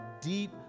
deep